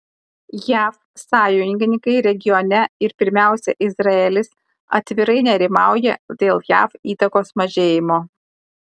jav sąjungininkai regione ir pirmiausia izraelis atvirai nerimauja dėl jav įtakos mažėjimo